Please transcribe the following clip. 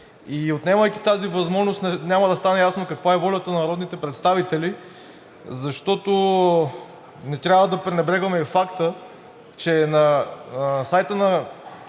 И отнемайки тази възможност, няма да стане ясно каква е волята на народните представители, защото не трябва да пренебрегваме и факта, че на сайта на